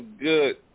good